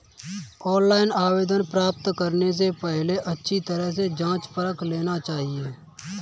online आवेदन प्राप्त करने से पहले अच्छी तरह से जांच परख लेना चाहिए